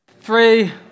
Three